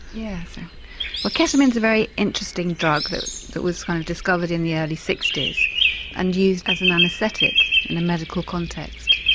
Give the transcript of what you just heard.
yeah well ketamine is a very interesting drug that was that was kind of discovered in the early sixty s and used as an anaesthetic in a medical context.